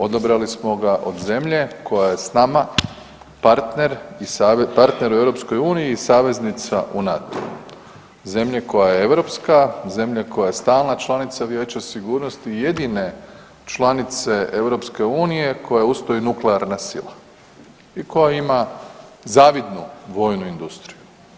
Odabrali smo ga od zemlje koja je s nama partner i, partner u EU i saveznica u NATO-u, zemlje koja je europska, zemlje koja je stalna članica Vijeća sigurnosti, jedine članice EU koja je uz to i nuklearna sila i koja ima zavidnu vojnu industriju.